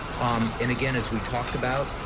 um and, again, as we talked about,